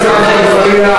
חבר הכנסת עפו אגבאריה.